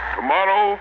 Tomorrow